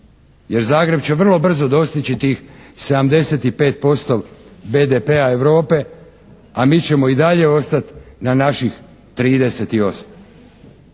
Jer Zagreb će vrlo brzo dostići tih 75% BDP-a Europe, a mi ćemo i dalje ostati na naših 38.